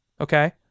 Okay